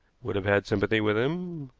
would have had sympathy with him.